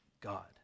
God